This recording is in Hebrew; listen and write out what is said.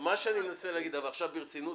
אבל עכשיו ברצינות.